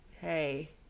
hey